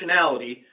functionality